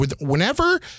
whenever